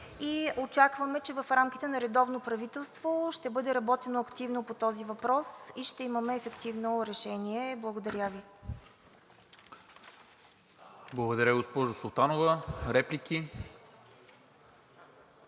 и очакваме, че в рамките на редовно правителство ще бъде работено активно по този въпрос и ще имаме ефективно решение. Благодаря Ви. ПРЕДСЕДАТЕЛ НИКОЛА МИНЧЕВ: Благодаря, госпожо Султанова. Реплики?